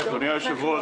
אדוני היושב-ראש,